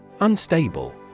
Unstable